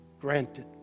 granted